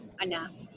enough